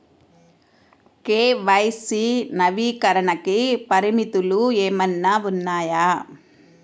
KYC నవీకరణకి పరిమితులు ఏమన్నా ఉన్నాయా?